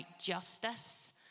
justice